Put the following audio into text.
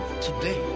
today